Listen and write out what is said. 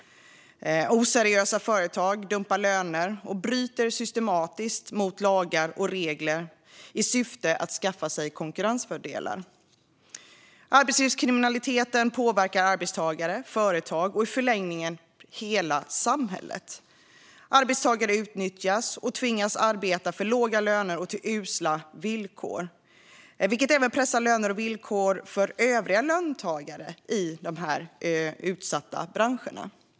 Oseriösa företag dumpar löner och bryter systematiskt mot lagar och regler i syfte att skaffa sig konkurrensfördelar. Arbetslivskriminaliteten påverkar arbetstagare, företag och i förlängningen hela samhället. Arbetstagare utnyttjas och tvingas arbeta för låga löner och till usla villkor, vilket även pressar löner och villkor för övriga löntagare i dessa utsatta branscher.